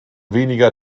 weniger